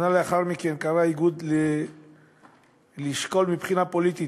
שנה לאחר מכן קרא האיגוד לשקול מבחינה פוליטית